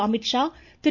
Amit Shah Thiru